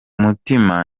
mutima